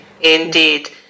Indeed